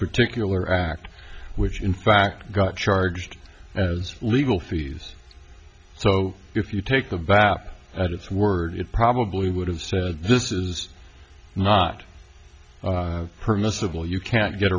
particular act which in fact got charged as legal fees so if you take a vat at its word it probably would have said this is not permissible you can't get